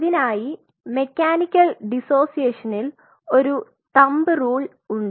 ഇതിനായി മെക്കാനിക്കൽ ഡിസോസിയേഷനിൽ ഒരു തമ്പ് റൂൾ ഉണ്ട്